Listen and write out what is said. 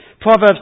Proverbs